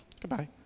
goodbye